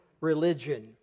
Religion